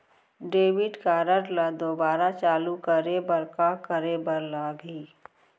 Debit card ला दोबारा चालू करे बर का करे बर लागही?